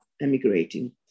emigrating